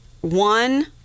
One